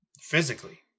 physically